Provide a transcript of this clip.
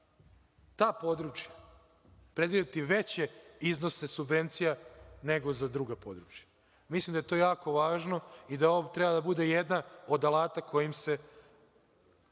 ta područja predvideti veće iznose subvencija nego za druga područja. Mislim da je to jako važno, i da ovo treba da bude jedan od alata kojim se